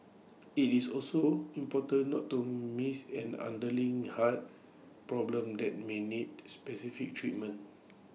IT is also important not to miss an underlying heart problem that may need specific treatment